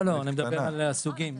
לא, אני מדבר על הסוגים.